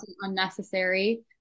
unnecessary